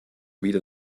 wieder